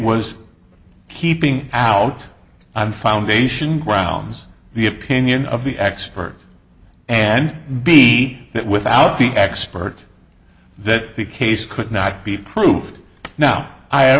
was keeping out i'm foundation grounds the opinion of the expert and be that without the expert that the case could not be proved now i